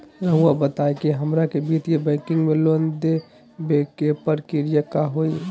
रहुआ बताएं कि हमरा के वित्तीय बैंकिंग में लोन दे बे के प्रक्रिया का होई?